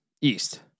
East